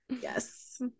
Yes